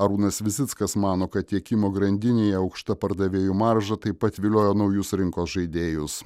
arūnas visickas mano kad tiekimo grandinėje aukšta pardavėjų marža taip pat vilioja naujus rinkos žaidėjus